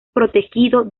protegido